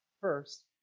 first